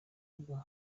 rugo